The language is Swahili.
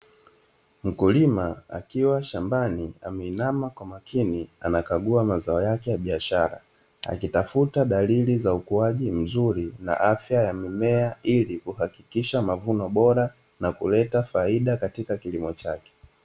Mkulima akiwa shambani ameinama kwa makini, anakagua mazao yake ya biashara akitafuta dalili za ukuaji mzuri na afya ya mimea, ili kuhakikisha mavuno bora na kuleta faida katika kilimo chake.